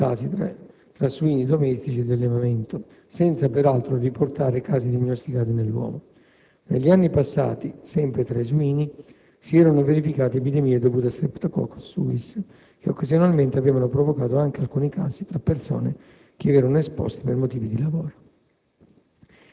con molti casi tra i suini domestici e di allevamento, senza, peraltro, riportare casi diagnosticati nell'uomo; negli anni passati, sempre tra i suini, si erano verificate epidemie dovute a *Streptococcus suis*, che occasionalmente avevano provocato anche alcuni casi tra persone che vi erano esposte per motivi di lavoro.